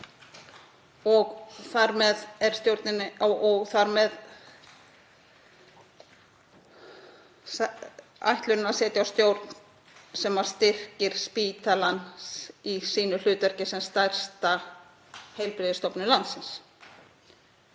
og þar með er ætlunin að setja á stjórn sem styrkir spítalann í hlutverki sínu sem stærsta heilbrigðisstofnun landsins.